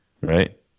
right